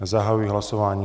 Zahajuji hlasování.